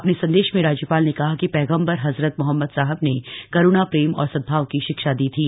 अ ने संदेश में राज्य ाल ने कहा कि प्रैगम्बर हजरत मोहम्मद साहब ने करूणाए प्रेम और सद्भाव की शिक्षा दी थी